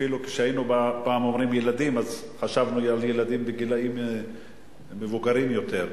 פעם כשהיינו אומרים "ילדים" חשבנו על ילדים בגילים מבוגרים יותר.